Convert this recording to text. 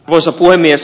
arvoisa puhemies